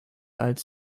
als